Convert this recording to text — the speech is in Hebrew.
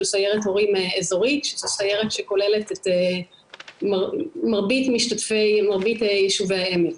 של סיירת הורים אזורית שזאת סיירת שכוללת את מרבית יישובי העמק.